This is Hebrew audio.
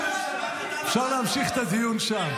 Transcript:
אפשר להמשיך את הדיון שם.